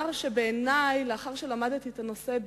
לאחר שלמדתי את הנושא,